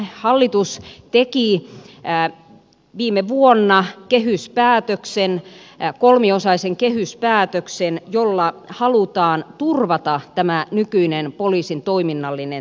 silloin hallitus teki viime vuonna kehyspäätöksen kolmiosaisen kehyspäätöksen jolla halutaan turvata tämä nykyinen poliisin toiminnallinen taso